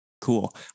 Cool